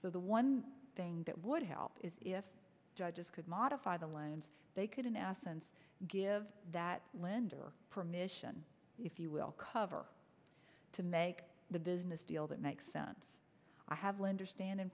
so the way one thing that would help is if judges could modify the lines they couldn't ask and give that lender permission if you will cover to make the business deal that makes sense i have lender stand in